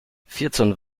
vierzehn